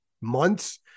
months